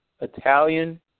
Italian